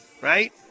right